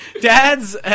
Dads